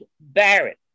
Barrett